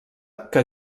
que